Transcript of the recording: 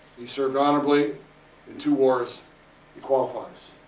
he's served honorably in two wars he qualifies.